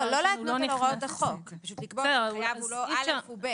לא להתנות על הוראות החוק אלא פשוט לקבוע שהחייב הוא לא א' אלא הוא ב'.